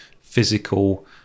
physical